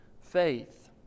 faith